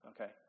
Okay